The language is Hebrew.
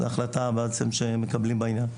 זו החלטה שמקבלים בעניין.